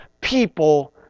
people